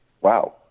Wow